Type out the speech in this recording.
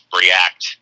react